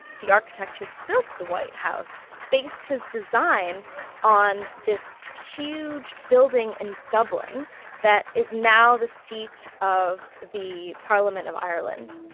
the architect who built the white house based his design on this huge building in dublin that is now the seat of the parliament of ireland.